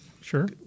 sure